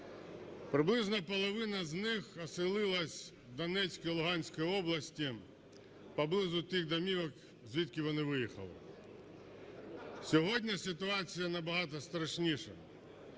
Приблизно половина з них оселилася в Донецькій, Луганській областях поблизу тих домівок, звідки вони виїхали. Сьогодні ситуація набагато страшніша.